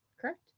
correct